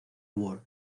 award